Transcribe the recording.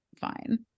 fine